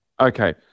Okay